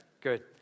good